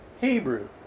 Hebrew